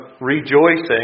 rejoicing